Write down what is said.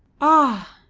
ah!